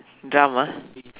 drum ah